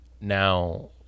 Now